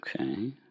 okay